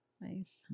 nice